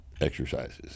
exercises